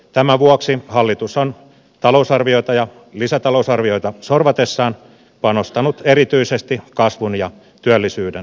tämän vuoksi hallitus on talousarvioita ja lisätalousarvioita sorvatessaan panostanut erityisesti kasvun ja työllisyyden tukemiseen